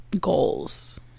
goals